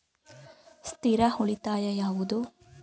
ಸ್ಥಿರ ಉಳಿತಾಯ ಯಾವುದು?